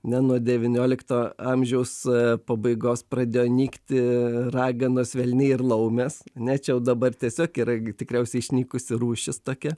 ne nuo devyniolikto amžiaus pabaigos pradėjo nykti raganos velniai ir laumės ane čia jau dabar tiesiog yra tikriausiai išnykusi rūšis tokia